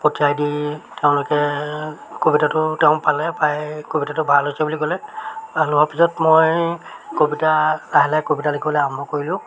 পঠিয়াই দি তেওঁলোকে কবিতাটো তেওঁ পালে পায় কবিতাটো ভাল হৈছে বুলি ক'লে ভাল হোৱাৰ পিছত মই কবিতা লাহে লাহে কবিতা লিখিবলৈ আৰম্ভ কৰিলোঁ